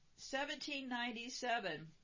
1797